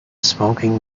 smoking